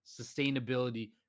sustainability